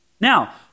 Now